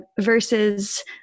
versus